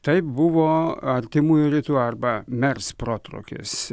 tai buvo artimųjų rytų arba mers protrūkis